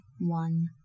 one